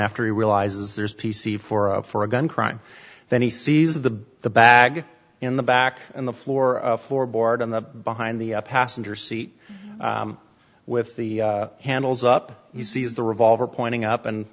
after he realizes there's a p c for a for a gun crime then he sees the the bag in the back on the floor floorboard on the behind the passenger seat with the handles up he sees the revolver pointing up and